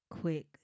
quick